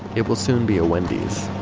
it will soon be a wendy's.